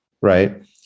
right